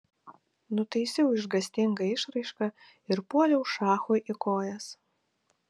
nutaisiau išgąstingą išraišką ir puoliau šachui į kojas